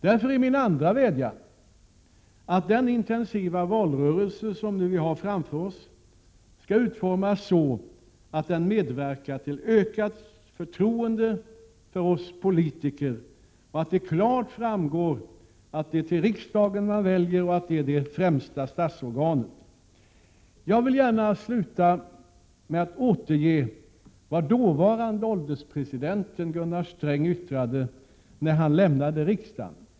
Därför är min andra vädjan att den intensiva valrörelse som vi nu har framför oss skall utformas så att den medverkar till ökat förtroende för oss politiker och så att det klart framgår att det är till riksdagen man väljer och att riksdagen är vårt främsta statsorgan. Jag vill gärna avsluta med att återge vad dåvarande ålderspresidenten Gunnar Sträng yttrade när han lämnade riksdagen.